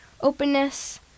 openness